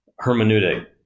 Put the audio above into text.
hermeneutic